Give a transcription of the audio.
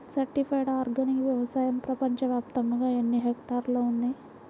Certified organic వ్యవసాయం ప్రపంచ వ్యాప్తముగా ఎన్నిహెక్టర్లలో ఉంది?